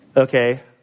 Okay